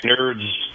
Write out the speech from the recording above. nerd's